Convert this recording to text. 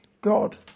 God